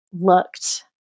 looked